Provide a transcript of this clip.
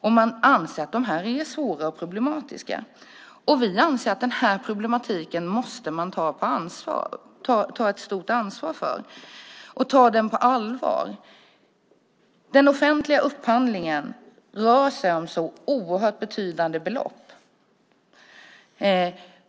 De anser att reglerna är svåra och problematiska. Vi anser att man måste ta ett stort ansvar för den här problematiken och ta den på allvar. Den offentliga upphandlingen rör sig om så oerhört betydande belopp.